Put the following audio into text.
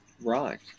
Right